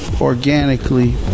Organically